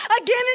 again